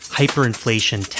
hyperinflation